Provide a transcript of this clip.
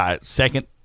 Second